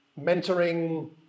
mentoring